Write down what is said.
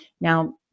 Now